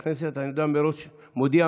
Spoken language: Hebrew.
שהצעת החוק אושרה בקריאה הטרומית ותעבור